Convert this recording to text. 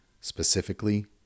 Specifically